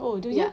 oh dia nya